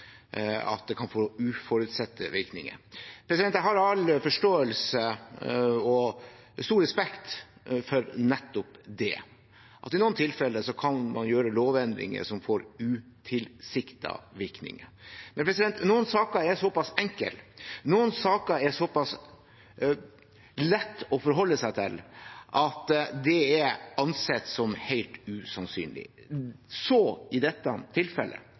at det kan få uforutsette virkninger. Jeg har all forståelse og stor respekt for nettopp det, at man i noen tilfeller kan gjøre lovendringer som får utilsiktede virkninger. Men noen saker er såpass enkle, noen saker er såpass lette å forholde seg til, at det er ansett som helt usannsynlig. Så også i dette tilfellet.